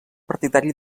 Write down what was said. partidari